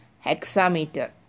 hexameter